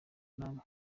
namwe